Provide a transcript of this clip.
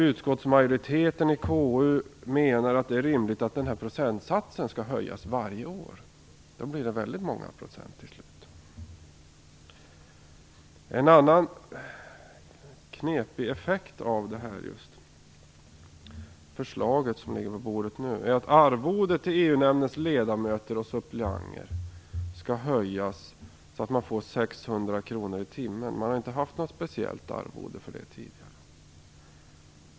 Utskottsmajoriteten i KU menar väl ändå inte att det är rimligt att procentsatsen skall höjas varje år? Då blir det väldigt många procent till slut. En annan knepig effekt av det förslag som ligger på bordet är att arvodet för EU-nämndens ledamöter och suppleanter skall höjas så att de får ett arvode på 600 kr i timmen. De har inte haft något speciellt arvode tidigare.